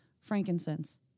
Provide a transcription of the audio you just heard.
frankincense